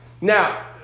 Now